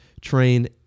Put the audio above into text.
train